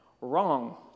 wrong